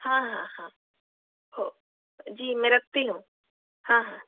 हाँ हाँ हाँ जी मैं रखती हूँ हाँ हाँ